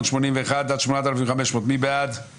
הנה, למה היא הפכה להיות אישית.